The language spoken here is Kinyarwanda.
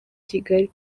kigali